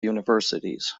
universities